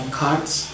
cards